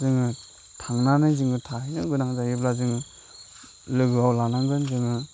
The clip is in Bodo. जोङो थांनानै जोङो थाहैनो गोनां जायोब्ला जोङो लोगोआव लानांगोन जोङो